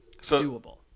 doable